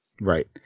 Right